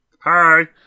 Hi